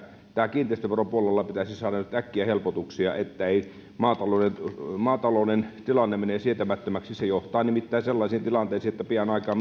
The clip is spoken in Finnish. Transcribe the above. kiinteistöveropuolella saada äkkiä helpotuksia että ei maatalouden tilanne mene sietämättömäksi se johtaa nimittäin sellaisiin tilanteisiin että pian aikaa